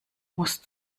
musst